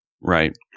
right